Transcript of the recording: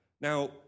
Now